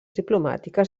diplomàtiques